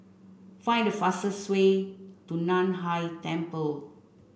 find the fastest way to Nan Hai Temple